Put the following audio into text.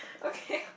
okay